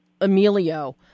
Emilio